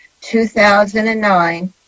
2009